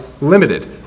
limited